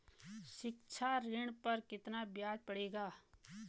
शिक्षा ऋण पर कितना ब्याज पड़ेगा?